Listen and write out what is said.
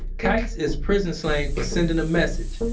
kites is prison slang for sending a message.